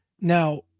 Now